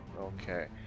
Okay